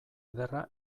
ederra